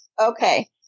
okay